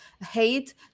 Hate